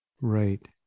Right